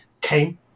came